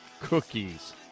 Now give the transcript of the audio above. cookies